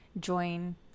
join